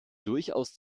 durchaus